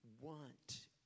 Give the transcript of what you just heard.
want